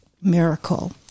miracle